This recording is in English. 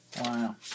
Wow